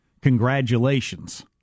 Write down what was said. Congratulations